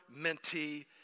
mentee